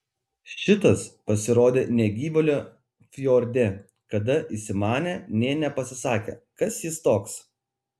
šitas pasirodė negyvėlio fjorde kada įsimanė nė nepasisakė kas jis toks